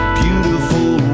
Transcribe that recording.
beautiful